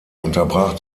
unterbrach